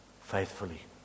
faithfully